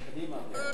קדימה כן.